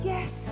Yes